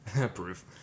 Proof